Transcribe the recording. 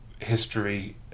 History